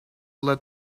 let